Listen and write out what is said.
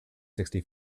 sixty